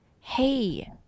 hey